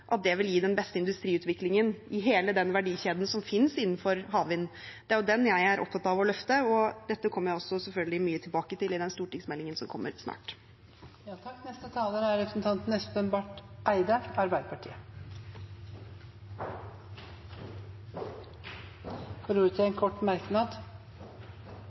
at det vil gi den beste industriutviklingen i hele den verdikjeden som finnes innenfor havvind. Det er den jeg er opptatt av å løfte, og dette kommer jeg også selvfølgelig mye tilbake til i den stortingsmeldingen som kommer snart. Representanten Espen Barth Eide har hatt ordet to ganger tidligere og får ordet til en kort merknad,